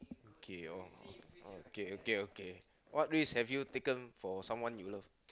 okay your okay okay okay what risk have you taken for someone you love